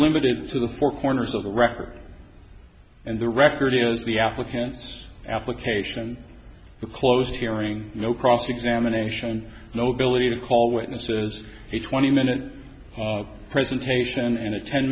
limited to the four corners of the record and the record is the applicants application the closed hearing no cross examination no ability to call witnesses a twenty minute presentation and a ten